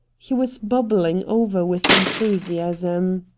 he was bubbling over with enthusiasm.